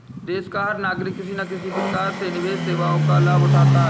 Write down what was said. देश का हर नागरिक किसी न किसी प्रकार से निवेश सेवाओं का लाभ उठाता है